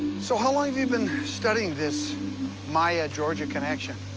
so how long have you been studying this maya-georgia connection?